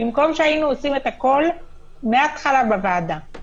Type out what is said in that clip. במקום שהיינו עושים את הכול מהתחלה בוועדה.